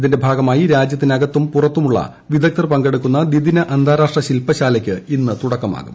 ഇതിന്റെ ഭാഗമായി രാജ്യത്തിനകത്തും പുറത്തുമുള്ള വിദഗ്ദ്ധർ പങ്കെടുക്കുന്ന ദിദ്വിന അന്താരാഷ്ട്ര ശിൽപ്പശാലയ്ക്ക് ഇന്ന് തുടക്കമാകും